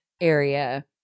area